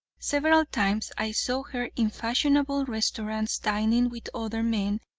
several times i saw her in fashionable restaurants dining with other men,